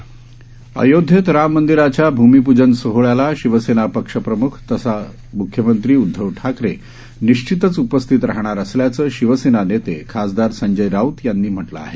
अमिपजन ठाकरे अयोध्येत राम मंदिराच्या भूमिपूजन सोहळ्याला शिवसेना पक्षप्रमुख तथा मुख्यमंत्री उद्धव ठाकरे निश्चितच उपस्थित राहणार असल्याचं शिवसेना नेते खासदार संजय राऊत यांनी म्हटलं आहे